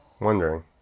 wondering